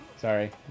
Sorry